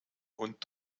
und